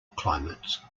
climates